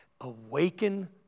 Awaken